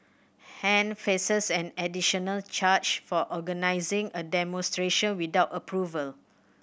Han faces an additional charge for organizing a demonstration without approval